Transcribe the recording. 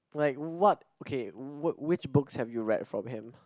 like what okay wh~ which books have you read from him